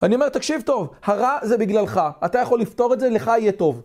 אני אומר, תקשיב טוב, הרע זה בגללך, אתה יכול לפתור את זה, לך יהיה טוב.